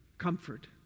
Comfort